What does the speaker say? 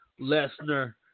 Lesnar